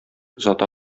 озата